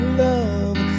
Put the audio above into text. love